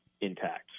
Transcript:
Intact